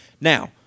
Now